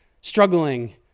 struggling